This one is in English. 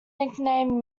nicknamed